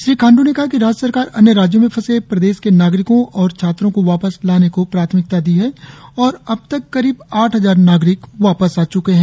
श्री खांडू ने कहा कि राज्य सरकार अन्य राज्यों में फंसे प्रदेश के नागरिकों और छात्रों को वापस लाने को प्राथमिकता दी है और अबतक करीब आठ हजार नागरिक वापस आ चुके है